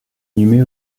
inhumé